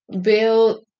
build